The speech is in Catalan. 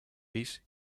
pis